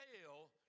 fail